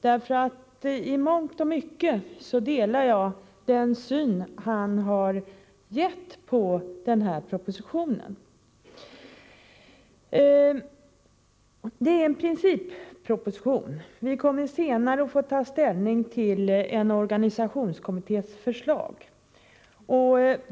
I mångt och mycket delar jag det synsätt han gett uttryck för när det gäller den här propositionen. Det är fråga om en principproposition, och vi kommer senare att få ta ställning till en organisationskommittés förslag.